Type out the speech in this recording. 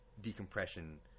decompression